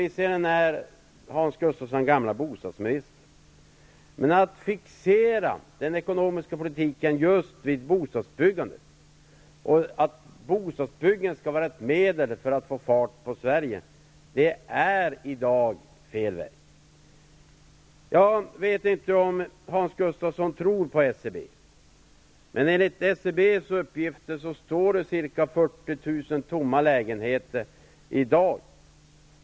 Visserligen är Hans Gustafsson gammal bostadsminister. Men att fixera den ekonomiska politiken vid bostadsbyggandet och hävda att bostadsbyggandet skall vara ett medel för att få fart på Sverige -- det är i dag fel väg. Jag vet inte om Hans Gustafsson tror på SCB. Men enligt SCB:s uppgifter står ca 40 000 lägenheter tomma i dag.